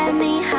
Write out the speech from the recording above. and me